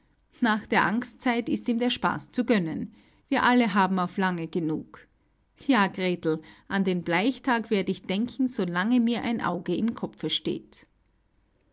nach der angstzeit ist ihm der spaß zu gönnen wir alle haben auf lange genug ja gretel an den bleichtag werd ich denken so lange mir ein auge im kopfe steht